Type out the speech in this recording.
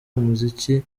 umuziki